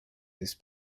this